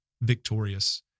victorious